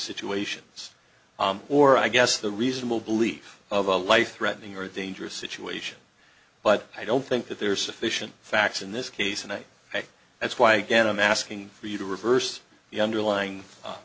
situations or i guess the reasonable belief of a life threatening or dangerous situation but i don't think that there's sufficient facts in this case and i think that's why again i'm asking for you to reverse the underlying